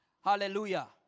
Hallelujah